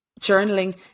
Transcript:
journaling